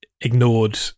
ignored